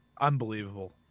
unbelievable